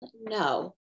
no